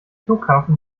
flughafen